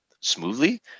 smoothly